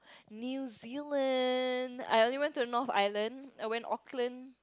New Zealand I only went to the north Island I went Auckland